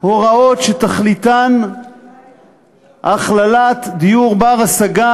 הוראות שתכליתן הכללת דיור בר-השגה